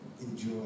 enjoy